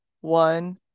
one